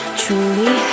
truly